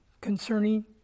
concerning